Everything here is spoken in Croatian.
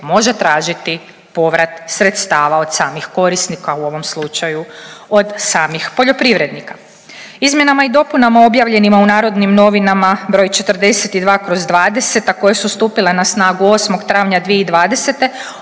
može tražiti povrat sredstava od samih korisnika u ovom slučaju od samih poljoprivrednika. Izmjenama i dopunama objavljenima u Narodnim novinama broj 42/20 a koje su stupile na snagu 8. travnja 2020.